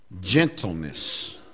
gentleness